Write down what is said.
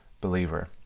believer